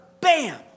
Bam